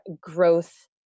growth